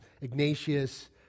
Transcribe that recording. Ignatius